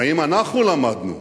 האם אנחנו למדנו